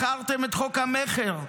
מכרתם את חוק המכר,